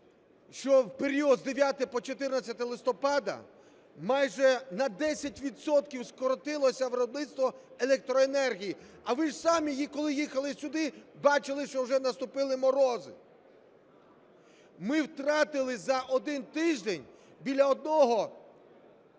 що в період з 9 по 14 листопада майже на 10 відсотків скоротилося виробництво електроенергії. А ви ж самі, коли їхали сюди, бачили, що вже наступили морози. Ми втратили за один тиждень біля 1